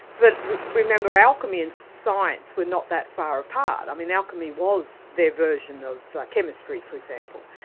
but remember alchemy and science were not that far apart i mean alchemy was their version of chemistry for example.